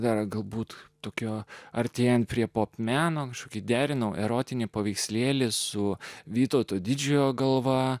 dar galbūt tokio artėjant prie pop meno kažkokį derinau erotinį paveikslėlį su vytauto didžiojo galva